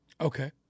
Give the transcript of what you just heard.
Okay